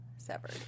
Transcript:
Severed